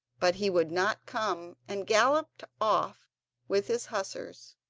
but he would not come, and galloped off with his hussars.